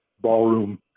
ballroom